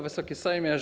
Wysoki Sejmie!